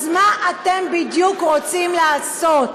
אז מה בדיוק אתם רוצים לעשות?